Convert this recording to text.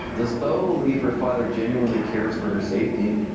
does beau believe her father genuinely cares for her safety?